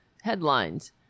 headlines